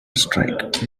strike